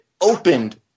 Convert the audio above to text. opened